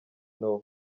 nouah